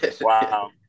Wow